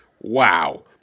wow